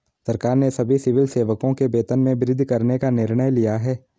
सरकार ने सभी सिविल सेवकों के वेतन में वृद्धि करने का निर्णय लिया है